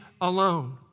alone